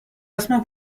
اسم